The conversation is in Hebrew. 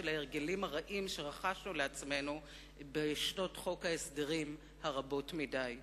ההרגלים הרעים שרכשנו לעצמנו בשנות חוק ההסדרים הרבות מדי.